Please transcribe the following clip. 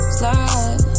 slide